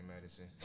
medicine